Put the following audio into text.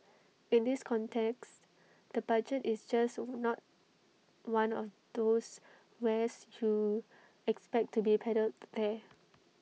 in this context the budget is just not one of those wares you expect to be peddled there